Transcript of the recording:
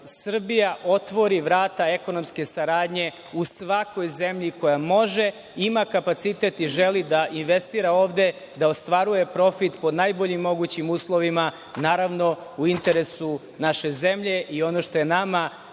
Srbija otvori vrata ekonomske saradnje u svakoj zemlji koja može ima kapacitet i želi da investira ovde, da ostvaruje profit pod najboljim mogućim uslovima, naravno u interesu naše zemlje i ono što je nama